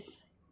that